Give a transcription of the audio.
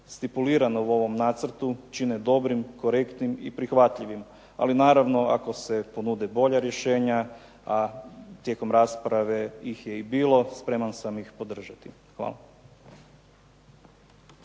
stipulirana u ovom nacrtu čine dobrim, korektnim i prihvatljivim. Ali naravno, ako se ponude bolja rješenja, a tijekom rasprave ih je i bilo spreman sam ih podržati. Hvala.